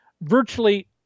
Virtually